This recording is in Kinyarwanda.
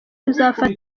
tuzafata